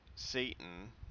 satan